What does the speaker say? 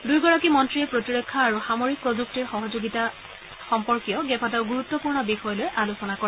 দূয়োগৰাকী মন্ত্ৰীয়ে প্ৰতিৰক্ষা আৰু সামৰিক প্ৰযুক্তিৰ সহযোগিতা সম্পৰ্কীয় কেইবাটাও গুৰুত্বপূৰ্ণ বিষয় লৈ আলোচনা কৰা